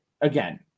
again